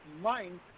mind